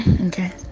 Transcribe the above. okay